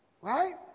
Right